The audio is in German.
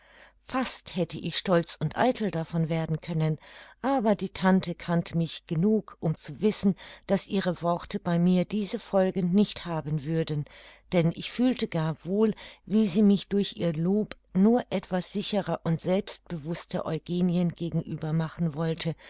fast hätte ich stolz und eitel davon werden können aber die tante kannte mich genug um zu wissen daß ihre worte bei mir diese folgen nicht haben würden denn ich fühlte gar wohl wie sie mich durch ihr lob nur etwas sicherer und selbstbewußter eugenien gegenüber machen wollte